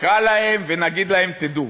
נקרא להם ונגיד להם: תדעו,